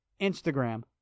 Instagram